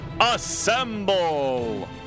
assemble